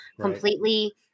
completely